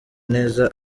neza